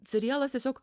serialas tiesiog